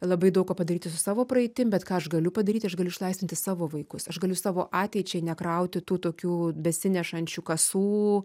labai daug ko padaryti su savo praeitim bet ką aš galiu padaryti aš galiu išlaisvinti savo vaikus aš galiu iš savo ateičiai nekrauti tų tokių besinešančių kasų